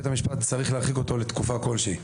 צריך להרחיק אותו לתקופה כלשהי.